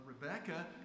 Rebecca